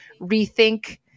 rethink